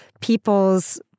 people's